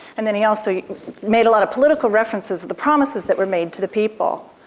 and then he also made a lot of political references of the promises that were made to the people.